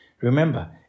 Remember